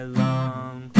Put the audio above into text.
long